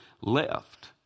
Left